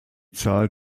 zahl